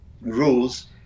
rules